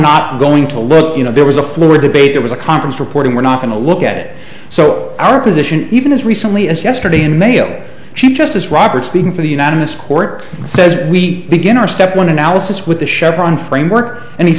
not going to look you know there was a floor debate there was a conference report and we're not going to look at it so our position even as recently as yesterday in mail chief justice roberts speaking for the unanimous court says we begin our step one analysis with the chevron framework and he